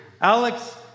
Alex